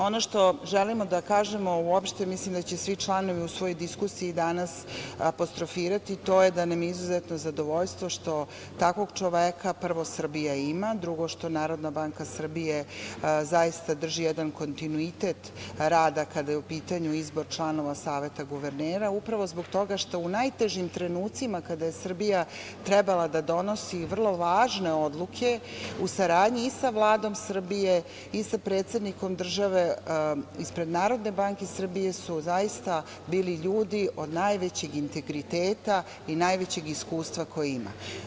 Ono što želimo da kažemo uopšte, i mislim da će svi članovi u svojoj diskusiji danas apostrofirati, to je da nam je izuzetno zadovoljstvo što takvog čoveka prvo Srbija ima, drugo što Narodna banka Srbije zaista drži jedan kontinuitet rada kada je u pitanju izbor članova Saveta guvernera, upravo zbog toga što u najtežim trenucima kada je Srbija trebala da donosi vrlo važne odluke u saradnji i sa Vladom Srbije i sa predsednikom države ispred Narodne banke Srbije su, zaista bili ljudi od najvećeg integriteta i najvećeg iskustva koji ima.